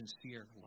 sincere